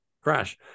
crash